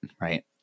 Right